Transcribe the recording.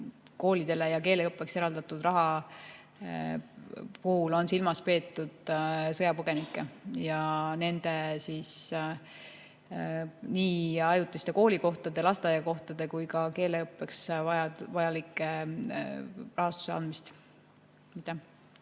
koolidele ja keeleõppeks eraldatud raha puhul on silmas peetud sõjapõgenikke, nende nii ajutiste koolikohtade, lasteaiakohtade kui ka keeleõppe jaoks vajaliku rahastuse andmist.